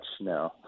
no